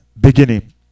beginning